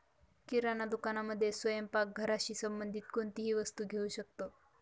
किराणा दुकानामध्ये स्वयंपाक घराशी संबंधित कोणतीही वस्तू घेऊ शकतो